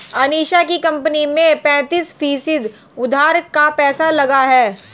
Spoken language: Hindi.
अनीशा की कंपनी में पैंतीस फीसद उधार का पैसा लगा है